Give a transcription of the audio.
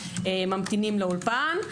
ממתינים לאולפן.